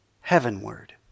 heavenward